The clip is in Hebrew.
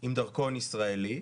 עם דרכון ישראלי,